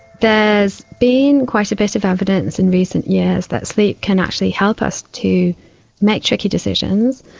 there has been quite a bit of evidence in recent years that sleep can actually help us to make tricky decisions,